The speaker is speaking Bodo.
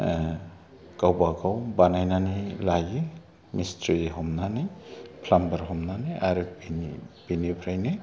गावबा गाव बानायनानै लायो मिस्ट्रि हमनानै प्लामबार हमनानै आरो बेनिफ्रायनो